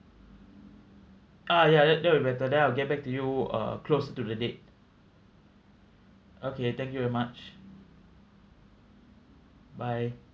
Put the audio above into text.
ah ya that that'll better then I'll get back to you uh close to the date okay thank you very much bye